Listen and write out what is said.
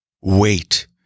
Wait